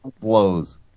Blows